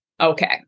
okay